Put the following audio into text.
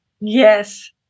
Yes